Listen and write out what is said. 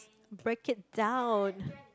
break it down